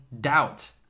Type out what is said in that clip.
doubt